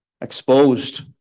exposed